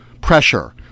pressure